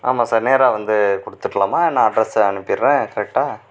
ஆமாம் சார் நேராக வந்து கொடுத்துடலாமா நான் அட்ரஸ் அனுப்பிவிடுறேன் கரெக்டாக